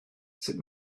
sut